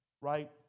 right